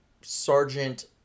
Sergeant